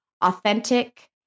authentic